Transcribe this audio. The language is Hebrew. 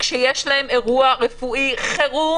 כשיש להם אירוע רפואי חירום.